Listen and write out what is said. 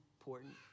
important